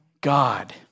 God